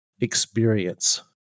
experience